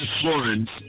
Florence